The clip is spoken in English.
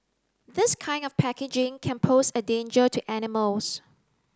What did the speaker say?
this kind of packaging can pose a danger to animals